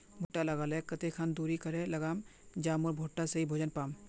भुट्टा लगा ले कते खान दूरी करे लगाम ज मोर भुट्टा सही भोजन पाम?